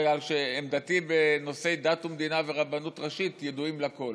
בגלל שעמדתי בנושאי דת ומדינה והרבנות הראשית ידועה לכול.